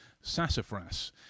Sassafras